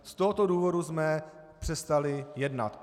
Z tohoto důvodu jsme přestali jednat.